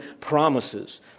promises